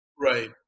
Right